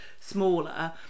smaller